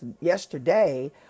yesterday